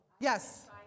Yes